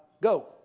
Go